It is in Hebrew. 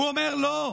הוא אומר: לא.